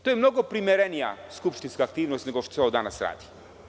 To je mnogo primerenija skupštinska aktivnost nego što se ovo danas radi.